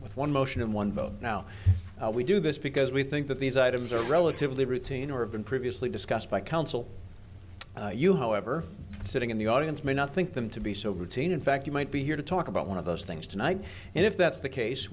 with one motion and one vote now we do this because we think that these items are relatively routine or been previously discussed by counsel you however sitting in the audience may not think them to be so routine in fact you might be here to talk about one of those things tonight and if that's the case